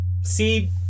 See